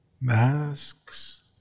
masks